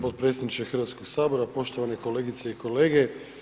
potpredsjedniče Hrvatskoga sabora, poštovane kolegice i kolege.